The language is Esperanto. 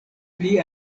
pli